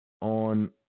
on